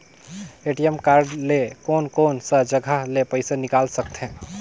ATM card ले कोन कोन सा जगह ले पइसा निकाल सकथे?